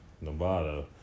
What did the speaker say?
Nevada